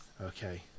Okay